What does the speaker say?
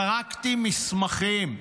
סרקתי מסמכים".